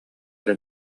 эрэ